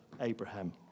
Abraham